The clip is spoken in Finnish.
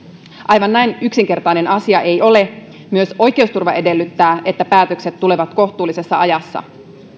aivan näin yksinkertainen asia ei ole myös oikeusturva edellyttää että päätökset tulevat kohtuullisessa ajassa